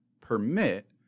permit